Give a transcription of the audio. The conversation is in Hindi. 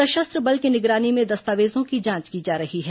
सशस्त्र बल की निगरानी में दस्तावेजों की जांच की जा रही है